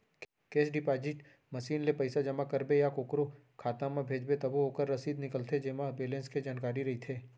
cash deposit machine ले पइसा जमा करबे या कोकरो खाता म भेजबे तभो ओकर रसीद निकलथे जेमा बेलेंस के जानकारी रइथे